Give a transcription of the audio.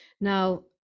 now